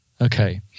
Okay